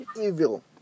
evil